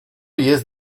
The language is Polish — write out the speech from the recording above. jest